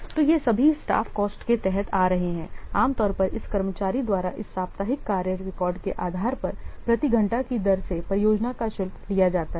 तो ये सभी स्टाफ कॉस्ट के तहत आ रहे हैं आम तौर पर इस कर्मचारी द्वारा इस साप्ताहिक कार्य रिकॉर्ड के आधार पर प्रति घंटा की दर से परियोजना का शुल्क लिया जाता है